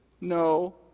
no